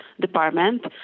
department